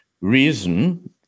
Reason